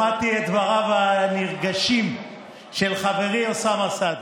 שמעתי את דבריו הנרגשים של חברי אוסאמה סעדי.